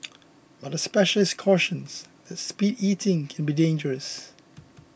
but a specialist cautions that speed eating can be dangerous